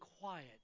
quiet